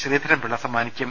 ശ്രീധരൻ പിള്ള സമ്മാനിക്കും